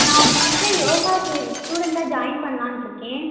நான் உங்கள்கிட்ட யோகாக்கு ஸ்டூடெண்ட்டாக ஜாயின் பண்ணலான்ருக்கேன்